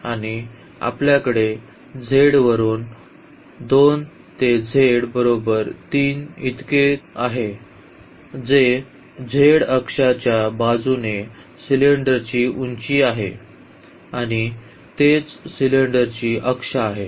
आणि आपल्याकडे z वरून 2 ते z बरोबर 3 इतकेच आहे जे z अक्षाच्या बाजूने सिलेंडरची उंची आहे आणि तेच सिलिंडरची अक्ष आहे